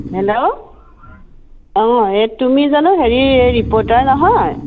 hello অঁ এই তুমি জানো হেৰি এই ৰিপ'ৰ্টাৰ নহয়